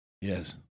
Yes